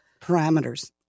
parameters